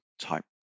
type